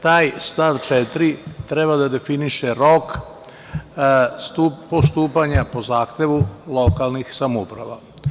Taj stav 4. treba da definiše rok postupanja po zahtevu lokalnih samouprava.